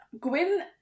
Gwyn